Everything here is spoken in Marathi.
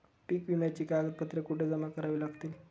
पीक विम्याची कागदपत्रे कुठे जमा करावी लागतील?